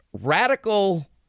radical